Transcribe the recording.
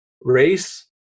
race